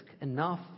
enough